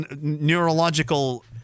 neurological